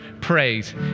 praise